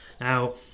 Now